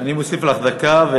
אני מוסיף לך דקה.